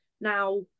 now